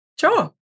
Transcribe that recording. sure